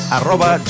arroba